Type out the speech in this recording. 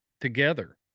together